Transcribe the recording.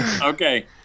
Okay